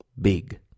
big